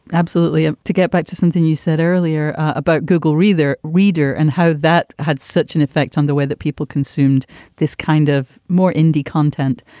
absolutely ah to get back to something you said earlier about google reader reader and how that had such an effect on the way that people consumed this kind of more indie content.